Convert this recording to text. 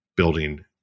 building